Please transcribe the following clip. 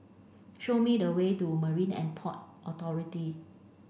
show me the way to Marine And Port Authority